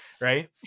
Right